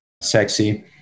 sexy